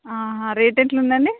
rate ఎలా ఉందండి